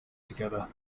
together